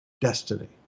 destiny